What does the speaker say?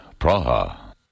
Praha